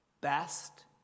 best